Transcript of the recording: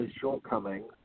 shortcomings